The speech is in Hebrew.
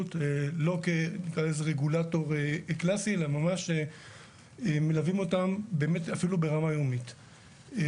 הפעילות לא כרגולטור קלאסי אלא ממש מלווים אותם אפילו ברמה יומית.